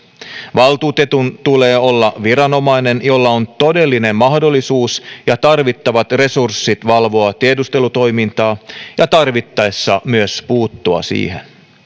valtuutetun tulee olla viranomainen jolla on todellinen mahdollisuus ja tarvittavat resurssit valvoa tiedustelutoimintaa ja tarvittaessa myös puuttua siihen